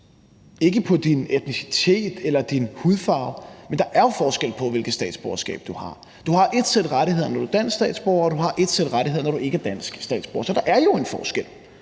til din etnicitet eller din hudfarve, men der er jo forskel på, hvilket statsborgerskab du har. Du har ét sæt rettigheder, når du er dansk statsborger, og du har ét sæt rettigheder, når du ikke er dansk statsborger. Så der er jo en forskel,